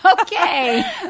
okay